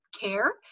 care